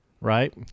right